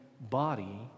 body